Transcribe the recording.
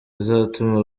izatuma